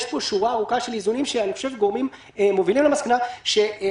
יש פה שורה ארוכה של איזונים מובילים למסקנה שהחשש